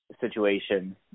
situation